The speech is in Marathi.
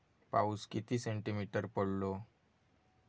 पाऊस किती सेंटीमीटर पडलो?